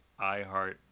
iHeart